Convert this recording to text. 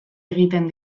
egiten